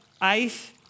ice